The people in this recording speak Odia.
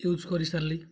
ୟୁଜ୍ କରିସାରିଲି